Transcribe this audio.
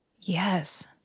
Yes